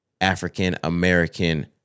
African-American